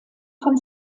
von